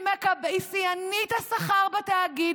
היא שיאנית השכר בתאגיד.